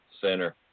center